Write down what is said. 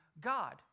God